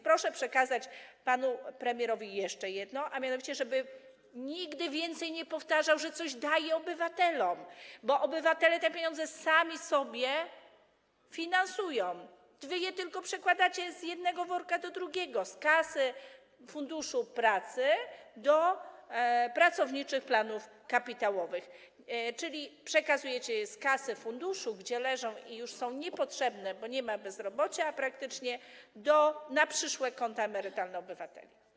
Proszę przekazać panu premierowi jeszcze jedno, a mianowicie to, żeby nigdy więcej nie powtarzał, że coś daje obywatelom, bo obywatele sami sobie to finansują, a wy pieniądze tylko przekładacie z jednego worka do drugiego, z kasy Funduszu Pracy do pracowniczych planów kapitałowych, czyli przenosicie je z kasy funduszu, gdzie leżą i już są niepotrzebne, bo nie ma bezrobocia, praktycznie na przyszłe konta emerytalne obywateli.